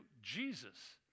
Jesus